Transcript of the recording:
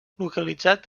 localitzat